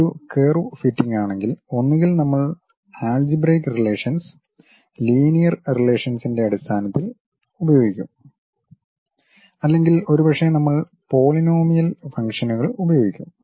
ഇത് ഒരു കർവ് ഫിറ്റിംഗാണെങ്കിൽ ഒന്നുകിൽ നമ്മൾ ആൾജിബ്രെയിക് റിലേഷൻസ് ലീനിയർ റിലേഷൻസിൻ്റെ അടിസ്ഥാനത്തിൽ ഉപയോഗിക്കും അല്ലെങ്കിൽ ഒരുപക്ഷേ നമ്മൾ പോളിനോമിയൽ ഫംഗ്ഷനുകൾ ഉപയോഗിക്കും